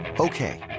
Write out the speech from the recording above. Okay